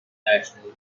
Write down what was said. national